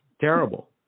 terrible